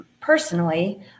personally